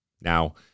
Now